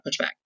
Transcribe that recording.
pushback